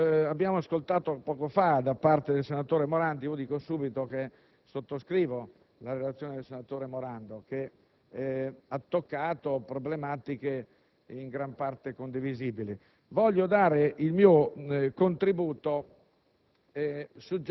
Per quanto abbiamo ascoltato poco fa, dico subito che sottoscrivo la relazione del senatore Morando, che ha toccato problematiche in gran parte condivisibili. Vorrei dare il mio contributo